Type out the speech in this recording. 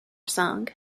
song